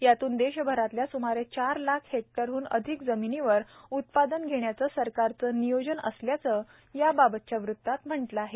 यातून देशभरातल्या स्मारे चार लाख हेक्टरहन अधिक जमिनीवर उत्पादन घेण्याचं सरकारचं नियोजन असल्याचं याबाबतच्या वृत्तात म्हटल आहे